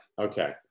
Okay